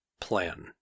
plan